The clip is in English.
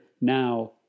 now